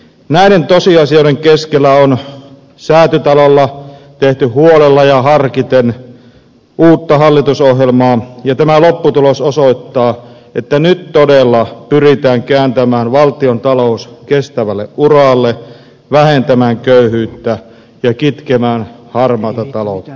näiden tosiasioiden keskellä on säätytalolla tehty huolella ja harkiten uutta hallitusohjelmaa ja tämä lopputulos osoittaa että nyt todella pyritään kääntämään valtiontalous kestävälle uralle vähentämään köyhyyttä ja kitkemään harmaata taloutta